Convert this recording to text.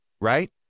right